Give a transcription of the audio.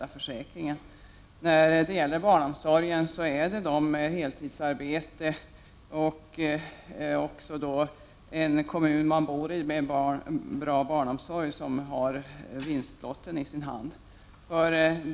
Beträffande barnomsorgen är det de heltidsarbetande som får mest. Och de som bor i en kommun med bra barnomsorg har en vinstlott i sin hand.